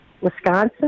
Wisconsin